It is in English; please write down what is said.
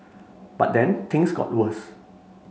but then things got worse